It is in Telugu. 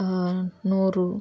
నోరు